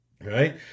right